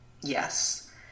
Yes